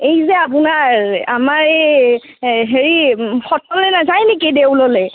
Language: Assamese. এই যে আপোনাৰ আমাৰ এই হেৰি সত্ৰলে নাযায় নিকি দেউললৈ